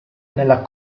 nella